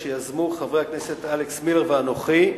שיזמו חבר הכנסת אלכס מילר ואנוכי,